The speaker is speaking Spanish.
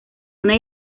una